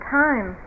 time